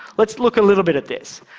let's look a little bit at this.